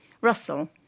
Russell